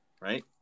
Right